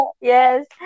yes